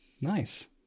Nice